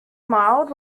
mild